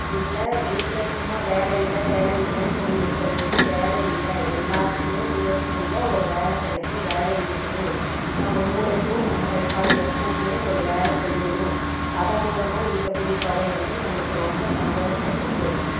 இல்லை வீட்டில் சும்மா வேலையில்லை வேலையில்லைன்னு சொல்லி இருக்கிறவங்களுக்கு வேலையில்லை எல்லாத்துக்குமே முயற்சி செஞ்சா ஒரு வேலை கிடைக்கும் வேலை இருக்குது நம்ம மூளைக்கும் நம்ம கை கால் எப்போக்மே ஒரு வேலை செய்யணும் அதன் மூலமாக ஈட்டக்கூடிய தொகை வந்து நம்மளுக்கு ரொம்ப சந்தோஷத்தை கொடுக்கும்